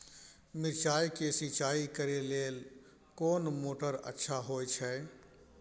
मिर्चाय के सिंचाई करे लेल कोन मोटर अच्छा होय छै?